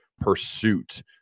pursuit